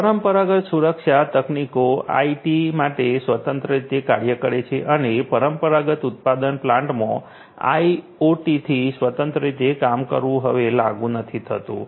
પરંપરાગત સુરક્ષા તકનીકો આઇટી માટે સ્વતંત્ર રીતે કાર્ય કરે છે અને પરંપરાગત ઉત્પાદન પ્લાન્ટમાં ઓટીથી સ્વતંત્ર રીતે કામ કરવું હવે લાગુ નથી થતું